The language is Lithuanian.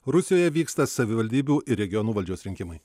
rusijoje vyksta savivaldybių ir regionų valdžios rinkimai